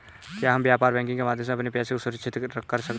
क्या हम व्यापार बैंकिंग के माध्यम से अपने पैसे को सुरक्षित कर सकते हैं?